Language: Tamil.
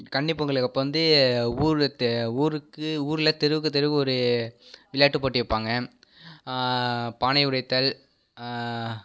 கன்னி பொங்கலுக்கு அப்போ வந்து ஊர் தெ ஊருக்கு ஊரில் தெருவுக்கு தெருவுக்கு ஒரு விளையாட்டுப் போட்டி வைப்பாங்க பானை உடைத்தல்